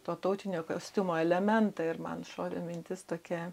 to tautinio kostiumo elementą ir man šovė mintis tokia